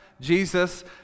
Jesus